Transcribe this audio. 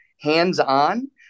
hands-on